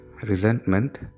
resentment